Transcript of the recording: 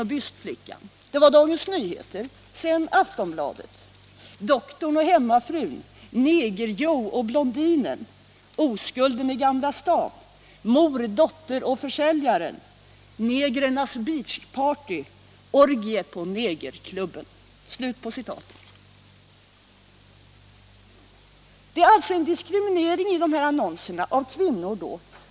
Det är alltså en diskriminering av kvinnor i de här annonserna.